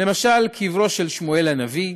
למשל קבר שמואל הנביא,